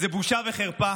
זו בושה וחרפה